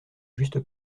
juste